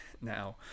now